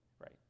Right